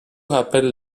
rappelle